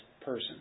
person